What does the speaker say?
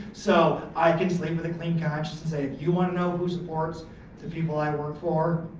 so i can sleep with a clean conscience and say, if you want to know who supports the people i work for?